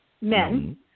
men